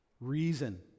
Reason